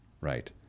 right